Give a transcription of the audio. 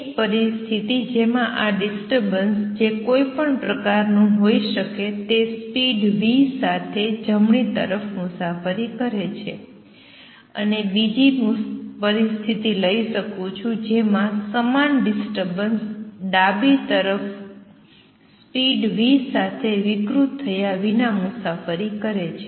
એક પરિસ્થિતિ જેમાં આ ડિસ્ટર્બન્સ જે કોઈપણ પ્રકારનું હોઇ શકે તે સ્પીડ v સાથે જમણી તરફ મુસાફરી કરે છે અને હું બીજી પરિસ્થિતિ લઈ શકું છું જેમાં સમાન ડિસ્ટર્બન્સ ડાબી તરફ સ્પીડ v સાથે વિકૃત થયા વિના મુસાફરી કરે છે